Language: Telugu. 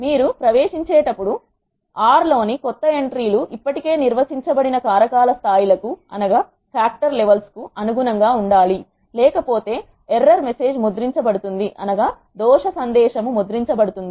మీరు ప్రవేశించే టప్పుడు ఆర్ R లోని కొత్త ఎంట్రీ లు ఇప్పటికే నిర్వచించబడిన కారకాల స్థాయిలకు అనుగుణంగా ఉండాలి లేకపోతే దోషసందేశం ముద్రించబడుతుంది